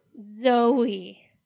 Zoe